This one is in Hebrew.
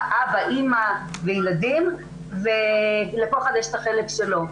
אבא, אמא וילדים ולכל אחד יש את החלק שלו.